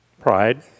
Pride